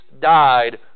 died